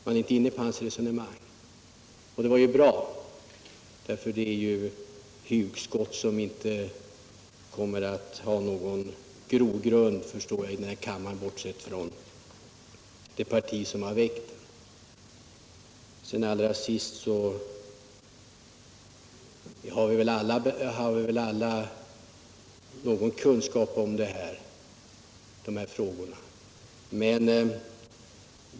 Men hans hugskott kommer av allt att döma inte att ha någon grogrund här i kammaren utanför hans eget parti. Vi har väl alla någon kunskap i dessa frågor.